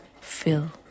fill